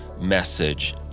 message